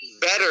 better